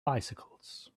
bicycles